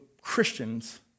Christians